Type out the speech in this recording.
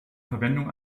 verwendung